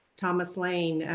thomas lane,